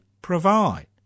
provide